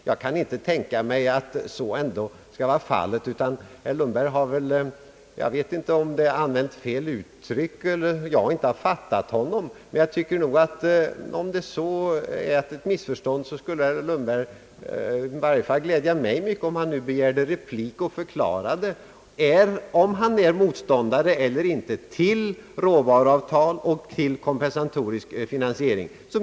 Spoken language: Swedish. Jag kan inte tänka mig att så ändå skall vara fallet. Herr Lundberg har väl använt fel uttryck, eller också har jag inte uppfattat honom rätt. Om det föreligger ett missförstånd skulle herr Lundberg glädja mig mycket, om han begärde ordet för replik och förklarade huruvida han är motståndare eller inte till råvaruavtal och kompensatorisk finansiering.